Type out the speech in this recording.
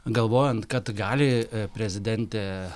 galvojant kad gali prezidentė